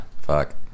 Fuck